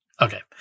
okay